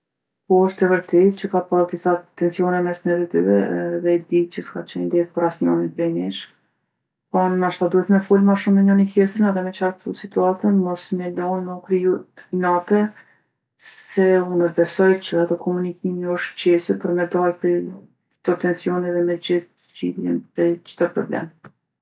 Po osht e vërtetë që ka pasë disa tensione mes neve dyve edhe di që s'ka qenë lehtë për asnjonin prej nesh. Po nashta duhet me folë ma shumë me njoni tjetrin edhe me qartsu situatën mos me lon me u kriju inate, se une besoj që edhe komunikimi osht çelsi për me dalë prej çdo tensioni edhe me gjetë zgjidhjen prej çdo problem.